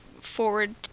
forward